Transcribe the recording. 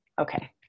okay